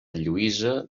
lluïsa